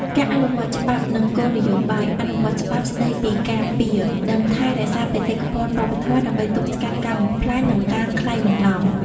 ការអនុវត្តច្បាប់ និងគោលនយោបាយ អនុវត្តច្បាប់ស្តីពីការពារ និងថែរក្សាបេតិកភណ្ឌវប្បធម៌ ដើម្បីទប់ស្កាត់ការបំផ្លាញ និងការក្លែងបន្លំ។